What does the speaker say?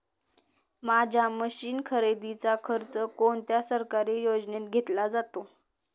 माझ्या मशीन खरेदीचा खर्च कोणत्या सरकारी योजनेत घेतला जातो?